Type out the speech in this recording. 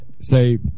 say